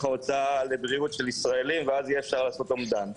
ההוצאה על בריאות של ישראליים ואז אפשר יהיה לעשות אומדן.